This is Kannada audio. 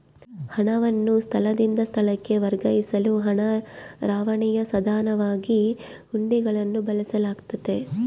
ಹಣವನ್ನು ಸ್ಥಳದಿಂದ ಸ್ಥಳಕ್ಕೆ ವರ್ಗಾಯಿಸಲು ಹಣ ರವಾನೆಯ ಸಾಧನವಾಗಿ ಹುಂಡಿಗಳನ್ನು ಬಳಸಲಾಗ್ತತೆ